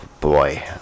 boy